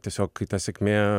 tiesiog kai ta sėkmė